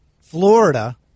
Florida